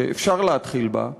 שאפשר להתחיל בה,